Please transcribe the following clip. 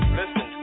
listen